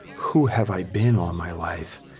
who have i been all my life?